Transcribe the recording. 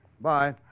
Bye